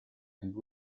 and